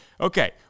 Okay